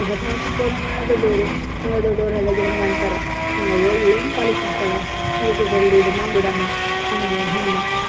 ಇವತ್ತು ನಾವು ಚಿಕ್ಕವರು ನಾಳೆ ದೊಡ್ಡವರು ನಾಳೆ ದೊಡ್ಡವ್ರ ಆದಾಗ ನಮ್ಗ ಅಂತಾರ ಅಯ್ಯೋ ಇವ್ಳು ಏನು ಖಾಲಿ ಕುಂಡ್ತಾಳೆ ಇವ್ಳ್ಗು ಜಲ್ದಿ ಇದು ಮಾಡ್ಬಿಡಣ ಹಾಗೆ ಹೀಗೆ